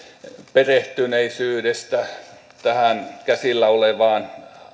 perehtyneisyydestä tähän käsillä olevaan